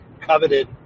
coveted